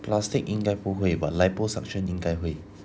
plastic 应该不会 but liposuction 应该会